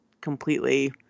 completely